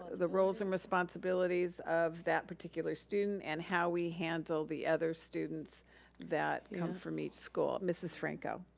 the roles and responsibilities of that particular student and how we handle the other students that come from each school. mrs. franco.